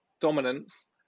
dominance